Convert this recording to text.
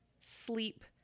sleep